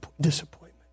disappointment